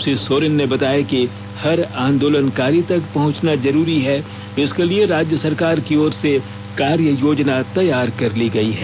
श्री सोरेन ने बताया कि हर आंदोलनकारी तक पहुंचना जरूरी है इसके लिए राज्य सरकार की ओर से कार्ययोजना तैयार कर ली गयी है